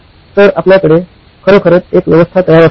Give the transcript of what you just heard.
तर आपल्याकडे खरोखरच एक व्यवस्था तयार असू शकते